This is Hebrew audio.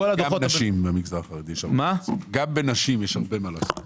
גם בנשים יש הרבה מה לעשות במגזר החרדי.